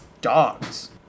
dogs